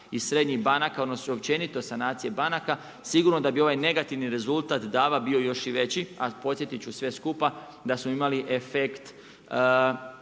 i srednjih banaka, odnosno općenito sanacije banaka sigurno da bi ovaj negativni rezultat DAB-a bio još i veći. A podsjetiti ću sve skupa da smo imali efekt